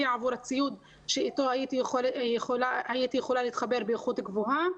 עבור הציוד שאיתו הייתי יכולה להתחבר באיכות גבוהה.